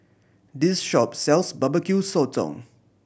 this shop sells Barbecue Sotong